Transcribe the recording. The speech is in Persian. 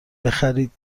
بخرید